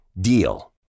DEAL